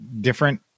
different